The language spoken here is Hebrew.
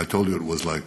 I told you it was like